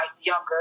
younger